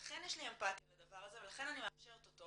לכן יש לי אמפתיה לדבר הזה ולכן אני מאפשרת אותו.